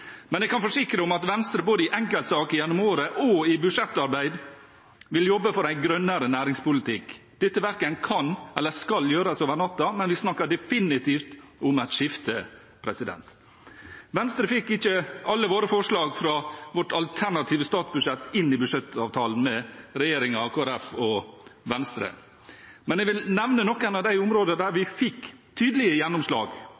Men jeg kan forsikre om at Venstre både i enkeltsaker gjennom året og i budsjettarbeidet vil jobbe for en grønnere næringspolitikk. Dette verken kan eller skal gjøres over natten, men vi snakker definitivt om et skifte. Venstre fikk ikke alle sine forslag fra sitt alternative statsbudsjett inn i budsjettavtalen mellom regjeringen og Kristelig Folkeparti og Venstre, men jeg vil nevne noen av de områdene der vi fikk tydelige gjennomslag.